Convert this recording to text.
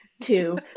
two